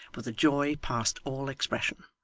with a joy past all expression.